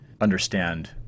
understand